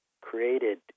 created